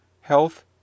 health